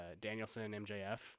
Danielson-MJF